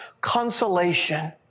consolation